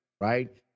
right